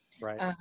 right